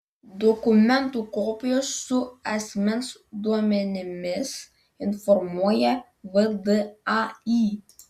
dokumentų kopijos su asmens duomenimis informuoja vdai